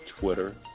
Twitter